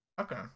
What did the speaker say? Okay